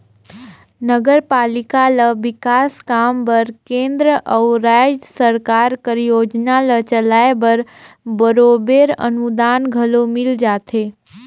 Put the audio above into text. नगरपालिका ल बिकास काम बर केंद्र अउ राएज सरकार कर योजना ल चलाए बर बरोबेर अनुदान घलो मिल जाथे